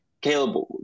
Caleb